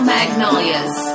Magnolias